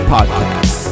Podcast